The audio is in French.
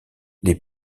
les